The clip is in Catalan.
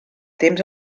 temps